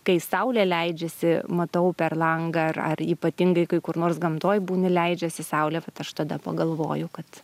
kai saulė leidžiasi matau per langą ar ar ypatingai kai kur nors gamtoj būni leidžiasi saulė vat aš tada pagalvoju kad